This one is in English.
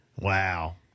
Wow